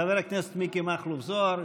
חבר הכנסת מיקי מכלוף זוהר,